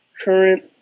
current